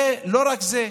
ולא רק זה,